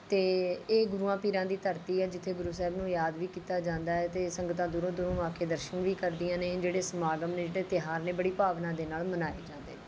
ਅਤੇ ਇਹ ਗੁਰੂਆਂ ਪੀਰਾਂ ਦੀ ਧਰਤੀ ਹੈ ਜਿੱਥੇ ਗੁਰੂ ਸਾਹਿਬ ਨੂੰ ਯਾਦ ਵੀ ਕੀਤਾ ਜਾਂਦਾ ਹੈ ਅਤੇ ਸੰਗਤਾਂ ਦੂਰੋਂ ਦੂਰੋਂ ਆ ਕੇ ਦਰਸ਼ਨ ਵੀ ਕਰਦੀਆਂ ਨੇ ਜਿਹੜੇ ਸਮਾਗਮ ਨੇ ਜਿਹੜੇ ਤਿਉਹਾਰ ਨੇ ਬੜੀ ਭਾਵਨਾ ਦੇ ਨਾਲ ਮਨਾਏ ਜਾਂਦੇ ਨੇ